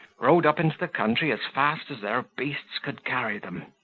rode up into the country as fast as their beasts could carry them.